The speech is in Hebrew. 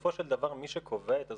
בסופו של דבר מי שקובע את הזכויות,